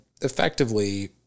effectively